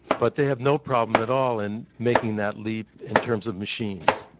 but they have no problem at all in making that leap in terms of machines.